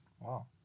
Wow